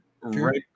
Right